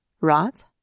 right